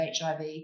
HIV